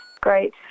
great